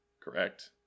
correct